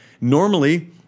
normally